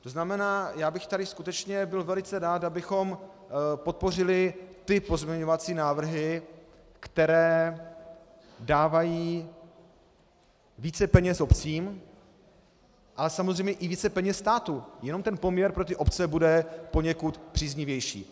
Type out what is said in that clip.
To znamená, tady bych byl skutečně velice rád, abychom podpořili ty pozměňovací návrhy, které dávají více peněz obcím, a samozřejmě i více peněz státu, jenom ten poměr pro obce bude poněkud příznivější.